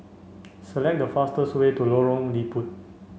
select the fastest way to Lorong Liput